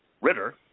Ritter